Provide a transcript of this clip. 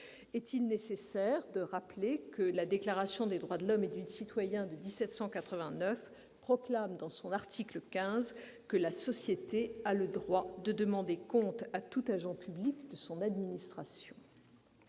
Est-il nécessaire de rappeler que la Déclaration des droits de l'homme et du citoyen de 1789 proclame, en son article XV, que « la Société a le droit de demander compte à tout Agent public de son administration »